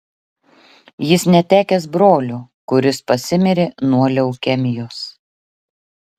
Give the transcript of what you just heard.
jis netekęs brolio kuris pasimirė nuo leukemijos